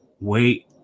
wait